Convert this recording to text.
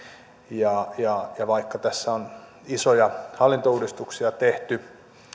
vaikka tässä on isoja hallintouudistuksia tehty